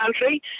country